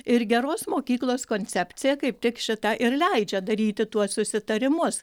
ir geros mokyklos koncepcija kaip tik šitą ir leidžia daryti tuos susitarimus